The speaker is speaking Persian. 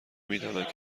میدانند